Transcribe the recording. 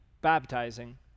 baptizing